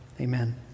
amen